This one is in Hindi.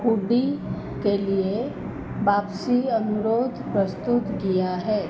हूडी के लिए वापसी अनुरोध प्रस्तुत किया है